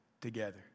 together